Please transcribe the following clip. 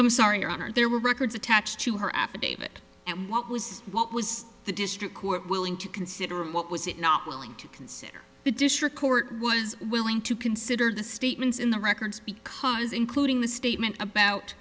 i'm sorry your honor there were records attached to her affidavit and what was what was the district court willing to consider what was it not willing to consider the district court was willing to consider the statements in the records because including the statement about